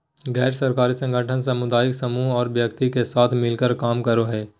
गैर सरकारी संगठन सामुदायिक समूह औरो व्यक्ति के साथ मिलकर काम करो हइ